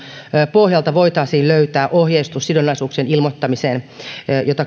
pohjalta voitaisiin löytää sidonnaisuuksien ilmoittamiseen ohjeistus jota